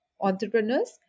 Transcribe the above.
entrepreneurs